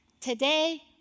Today